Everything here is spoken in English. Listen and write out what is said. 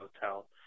hotel